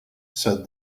said